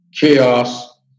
Chaos